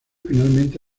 finalmente